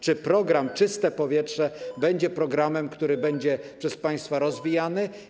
Czy program „Czyste powietrze” jest programem, który będzie przez państwa rozwijany?